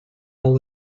all